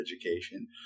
education